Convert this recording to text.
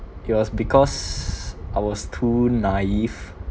it was because I was too naive